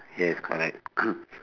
yes correct